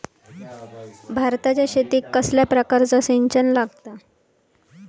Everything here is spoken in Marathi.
भाताच्या शेतीक कसल्या प्रकारचा सिंचन लागता?